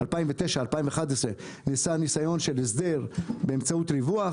ב-2009-2011 נעשה ניסיון הסדר באמצעות ריווח.